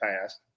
past